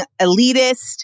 elitist